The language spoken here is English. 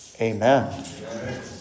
Amen